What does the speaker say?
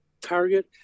Target